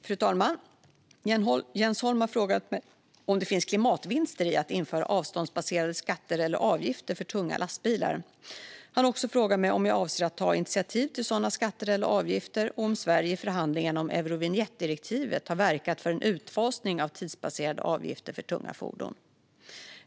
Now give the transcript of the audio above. Fru talman! har frågat mig om det finns klimatvinster i att införa avståndsbaserade skatter eller avgifter för tunga lastbilar. Han har också frågat mig om jag avser att ta initiativ till sådana skatter eller avgifter och om Sverige i förhandlingarna om Eurovinjettdirektivet har verkat för en utfasning av tidsbaserade avgifter för tunga fordon.